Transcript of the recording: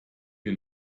wir